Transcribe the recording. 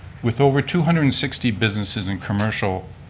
with over two hundred and sixty businesses and commercial,